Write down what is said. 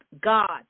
God